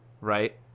right